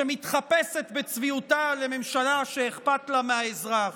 שמתחפשת בצביעותה לממשלה שאכפת לה מהאזרח.